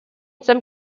some